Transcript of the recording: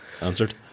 answered